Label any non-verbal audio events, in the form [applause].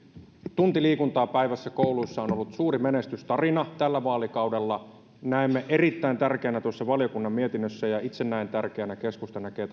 tunti liikuntaa päivässä kouluissa on ollut suuri menestystarina tällä vaalikaudella näemme erittäin tärkeänä tuossa valiokunnan mietinnössä ja itse näen tärkeänä ja keskusta näkee [unintelligible]